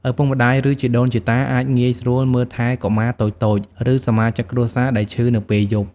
ឪពុកម្តាយ ឬជីដូនជីតាអាចងាយស្រួលមើលថែកុមារតូចៗ ឬសមាជិកគ្រួសារដែលឈឺនៅពេលយប់។